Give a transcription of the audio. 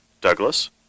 Douglas